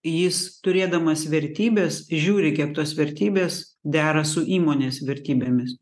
jis turėdamas vertybes žiūri kiek tos vertybės dera su įmonės vertybėmis